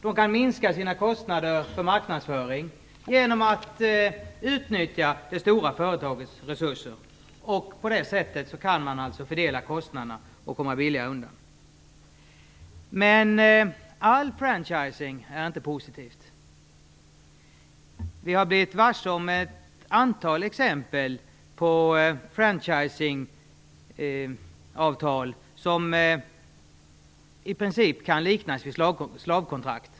De kan minska sina kostnader för marknadsföring genom att utnyttja det stora företagets resurser. På det sättet kan man fördela kostnaderna och komma billigare undan. All franchising är inte positiv. Vi har blivit varse ett antal exempel på franchisingavtal som i princip kan liknas vid slavkontrakt.